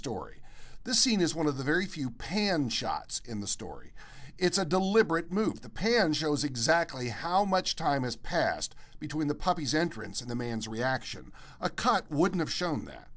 story this scene is one of the very few pan shots in the story it's a deliberate move to pay and shows exactly how much time has passed between the puppy's entrance and the man's reaction a cut wouldn't have shown that